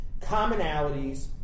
commonalities